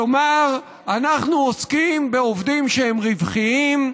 כלומר אנחנו עוסקים בעובדים שהם רווחיים,